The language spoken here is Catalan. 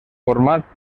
format